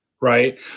right